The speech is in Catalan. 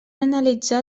analitzar